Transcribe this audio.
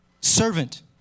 servant